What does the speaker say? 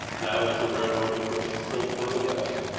now as the railroads pushed still further west,